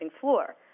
floor